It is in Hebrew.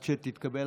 דקה.